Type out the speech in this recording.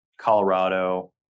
Colorado